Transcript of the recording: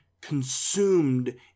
consumed